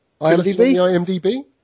IMDb